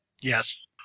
yes